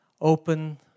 open